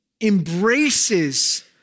embraces